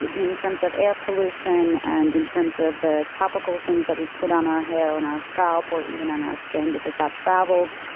in terms of air pollution and in terms of the topical things that we put on our hair, on our scalp or even on our skin because that travels,